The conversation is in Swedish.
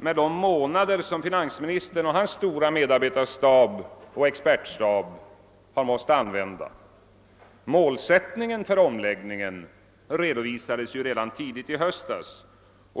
med de månader som finansministern och hans stora medarbetaroch expertstab har måst använda. Målsättningen för omläggningen redovisades ju redan tidigt i höstas.